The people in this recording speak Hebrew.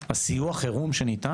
הסיוע חירום שניתן.